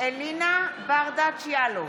אלינה ברדץ' יאלוב,